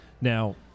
now